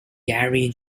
gary